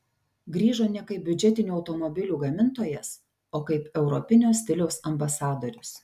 grįžo ne kaip biudžetinių automobilių gamintojas o kaip europinio stiliaus ambasadorius